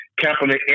capital